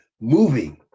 moving